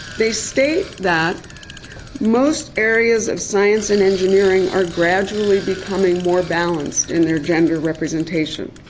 they state that most areas of science and engineering are gradually becoming more balanced in their gender representation.